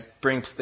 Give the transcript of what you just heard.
bring